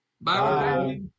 Bye